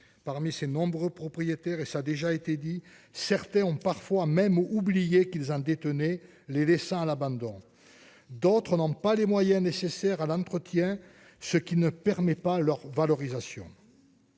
parmi ses nombreux propriétaires et ça a déjà été dit, certains ont parfois même oublié qu'ils en détenaient les dessins à l'abandon, d'autres n'ont pas les moyens nécessaires à l'entretien, ce qui ne permet pas leur valorisation.